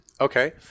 Okay